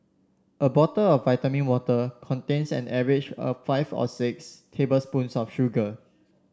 a bottle of vitamin water contains an average of five or six tablespoons of sugar